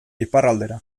iparraldera